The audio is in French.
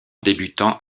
débutant